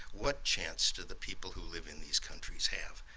what chance do the people who live in these countries have?